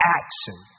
action